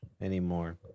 anymore